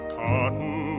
cotton